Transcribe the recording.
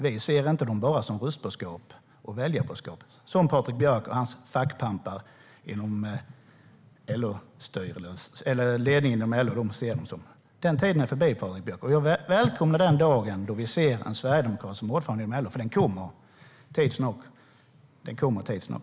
Vi ser dem inte bara som röstboskap och väljarboskap, som Patrik Björck och hans fackpampar inom LO-ledningen ser dem som. Den tiden är förbi, Patrik Björck. Jag ser fram emot dagen då vi ser en sverigedemokrat som ordförande i LO, för den kommer tids nog.